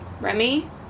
Remy